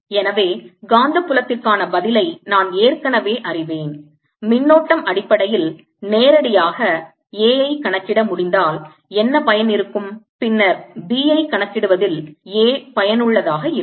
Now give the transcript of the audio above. எனவே காந்தப் புலத்திற்கான பதிலை நான் ஏற்கனவே அறிவேன் மின்னோட்டம் அடிப்படையில் நேரடியாக A வை கணக்கிட முடிந்தால் என்ன பயன் இருக்கும் பின்னர் B ஐ கணக்கிடுவதில் A பயனுள்ளதாக இருக்கும்